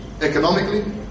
Economically